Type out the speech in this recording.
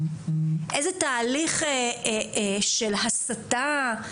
איזה תהליך של הסתה,